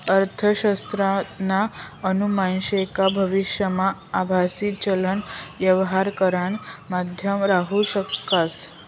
अर्थशास्त्रज्ञसना अनुमान शे का भविष्यमा आभासी चलन यवहार करानं माध्यम राहू शकस